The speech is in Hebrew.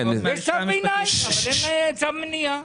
יש צו ביניים אבל אין צו מניעה.